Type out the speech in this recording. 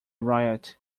riot